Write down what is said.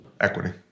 Equity